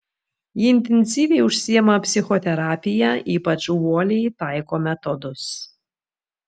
jie intensyviai užsiima psichoterapija ypač uoliai taiko metodus